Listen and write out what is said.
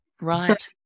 right